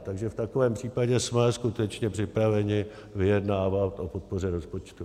Takže v takovém případě jsme skutečně připraveni vyjednávat o podpoře rozpočtu.